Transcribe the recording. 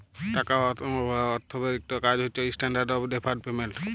টাকা বা অথ্থের ইকট কাজ হছে ইস্ট্যান্ডার্ড অফ ডেফার্ড পেমেল্ট